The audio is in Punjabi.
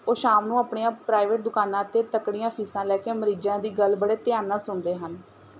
ਉਹ ਸ਼ਾਮ ਨੂੰ ਆਪਣੀਆਂ ਪ੍ਰਾਈਵੇਟ ਦੁਕਾਨਾਂ 'ਤੇ ਤਕੜੀਆਂ ਫੀਸਾਂ ਲੈ ਕੇ ਮਰੀਜ਼ਾਂ ਦੀ ਗੱਲ ਬੜੇ ਧਿਆਨ ਨਾਲ ਸੁਣਦੇ ਹਨ